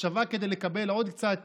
כדי לקבל עוד קצת